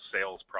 sales